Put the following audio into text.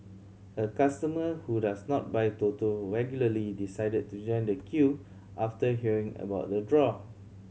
a customer who does not buy Toto regularly decided to join the queue after hearing about the draw